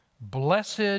Blessed